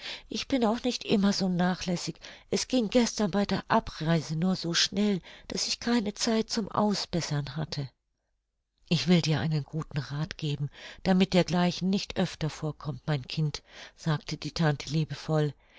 ich bin auch nicht immer so nachlässig es ging gestern bei der abreise nur so schnell daß ich keine zeit zum ausbessern hatte ich will dir einen guten rath geben damit dergleichen nicht öfter vorkommt mein kind sagte die tante liebevoll